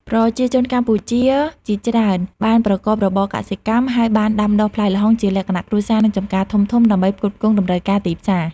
ប្រជាជនកម្ពុជាជាច្រើនបានប្រកបរបរកសិកម្ម ហើយបានដាំដុះផ្លែល្ហុងជាលក្ខណៈគ្រួសារ និងចម្ការធំៗដើម្បីផ្គត់ផ្គង់តម្រូវការទីផ្សារ។